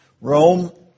Rome